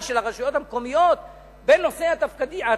של הרשויות המקומיות בין נושאי התפקידים,